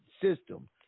system